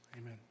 Amen